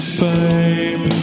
fame